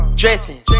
dressing